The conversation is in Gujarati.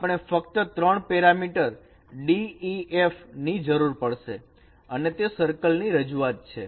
આપણે ફક્ત 3 પેરામીટર def ની જરૂર પડશે અને તે સર્કલ ની રજૂઆત છે